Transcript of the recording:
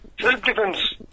self-defense